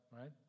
right